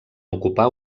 ocupar